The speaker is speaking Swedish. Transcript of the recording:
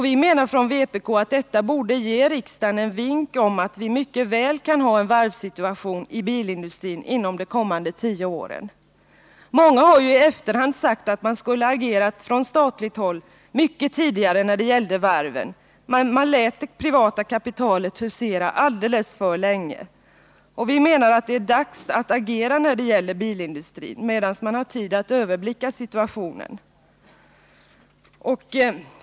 Vi menar från vpk att detta borde ge riksdagen en vink om att vi mycket väl kan ha en varvssituation inom bilindustrin inom de kommande tio åren. Många har i efterhand sagt att man borde ha agerat från statligt håll mycket tidigare när det gällde varven. Man lät det privata kapitalet husera alldeles för länge. Vi menar att det är dags att agera beträffande bilindustrin medan vi har tid att överblicka situationen.